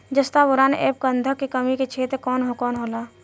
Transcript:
जस्ता बोरान ऐब गंधक के कमी के क्षेत्र कौन कौनहोला?